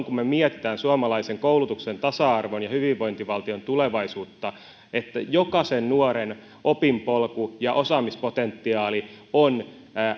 kun me mietimme suomalaisen koulutuksen tasa arvon ja hyvinvointivaltion tulevaisuutta että jokaisen nuoren opinpolku ja osaamispotentiaali on